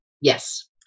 Yes